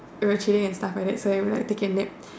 we were chilling and stuff like that so we were taking a nap